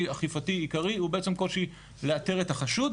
אכיפתי עיקרי הוא בעצם קושי לאתר את החשוד.